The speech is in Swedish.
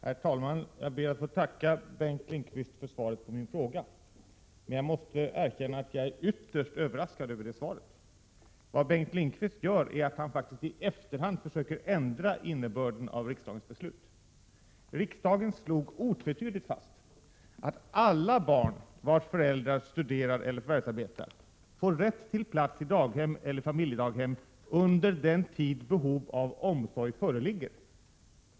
Herr talman! Jag ber att få tacka Bengt Lindqvist för svaret på min fråga, men jag måste erkänna att jag är ytterst överraskad över svaret. Vad Bengt Lindqvist gör är att han faktiskt i efterhand försöker ändra innebörden av riksdagens beslut. Riksdagen slog otvetydigt fast att ”alla barn vars föräldrar studerar eller förvärvsarbetar får rätt till plats i daghem eller familjedaghem under den tid behov av omsorg föreligger”.